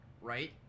right